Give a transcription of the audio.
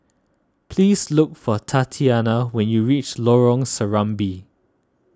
please look for Tatianna when you reach Lorong Serambi